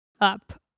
up